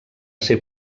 ser